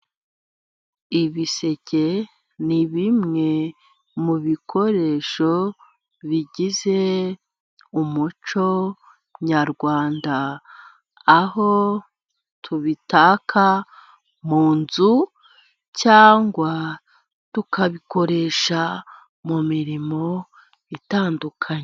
Ibiseke ni bimwe mu bikoresho bigize umuco nyarwanda, aho tubitaka mu nzu, cyangwa tukabikoresha mu mirimo itandukanye.